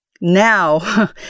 Now